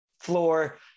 floor